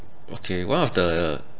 okay one of the